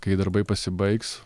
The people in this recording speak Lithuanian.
kai darbai pasibaigs